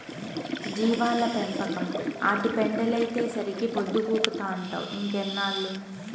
జీవాల పెంపకం, ఆటి పెండలైతేసరికే పొద్దుగూకతంటావ్ ఇంకెన్నేళ్ళు